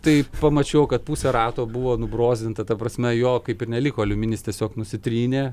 tai pamačiau kad pusė rato buvo nubrozdinta ta prasme jo kaip ir neliko aliuminis tiesiog nusitrynė